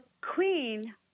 queen